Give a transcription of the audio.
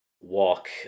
walk